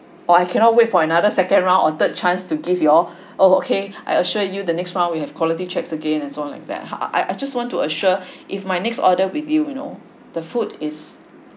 oh I cannot wait for another second round or third chance to give you all oh okay I assure you the next one we have quality checks again and so on like that I I I just want to assure if my next order with you you know the food is